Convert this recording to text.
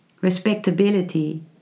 Respectability